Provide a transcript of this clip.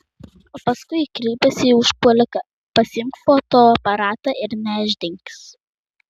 o paskui kreipėsi į užpuoliką pasiimk fotoaparatą ir nešdinkis